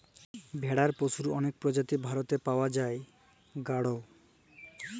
ভেড়ার পশুর অলেক প্রজাতি ভারতে পাই জাই গাড়ল